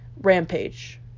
rampage